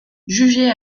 jugez